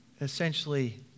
essentially